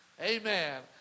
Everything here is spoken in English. Amen